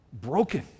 broken